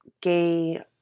gay